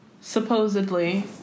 Supposedly